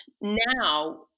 Now